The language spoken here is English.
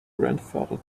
grandfather